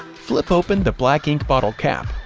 flip open the black ink bottle cap,